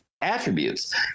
attributes